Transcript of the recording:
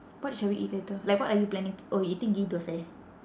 what shall we eat later like what are you planning to oh you eating ghee thosai